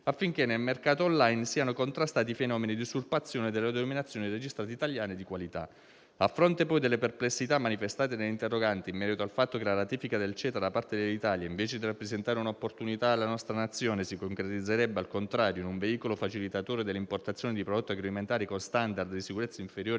affinché nel mercato *on line* siano contrastati i fenomeni di usurpazione delle denominazioni registrate italiane di qualità. A fronte poi delle perplessità manifestate dall'interrogante in merito al fatto che la ratifica del CETA da parte dell'Italia - invece di rappresentare un'opportunità per la nostra Nazione - si concretizzerebbe, al contrario, in un veicolo facilitatore dell'importazione di prodotti agroalimentari con *standard* di sicurezza inferiori